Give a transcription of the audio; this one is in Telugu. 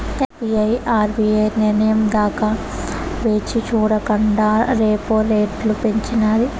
ఎస్.బి.ఐ ఆర్బీఐ నిర్నయం దాకా వేచిచూడకండా రెపో రెట్లు పెంచినాది